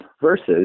versus